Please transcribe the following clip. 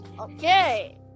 Okay